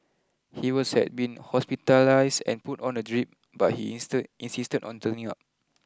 he was had been hospitalised and put on a drip but he insisted on turning up